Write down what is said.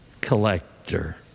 collector